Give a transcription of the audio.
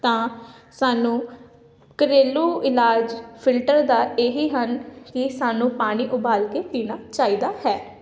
ਤਾਂ ਸਾਨੂੰ ਘਰੇਲੂ ਇਲਾਜ ਫਿਲਟਰ ਦਾ ਇਹ ਹੀ ਹਨ ਕਿ ਸਾਨੂੰ ਪਾਣੀ ਉਬਾਲ ਕੇ ਪੀਣਾ ਚਾਹੀਦਾ ਹੈ